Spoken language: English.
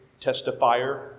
testifier